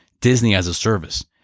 Disney-as-a-service